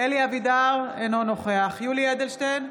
אלי אבידר, אינו נוכח יולי יואל אדלשטיין,